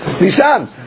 Nisan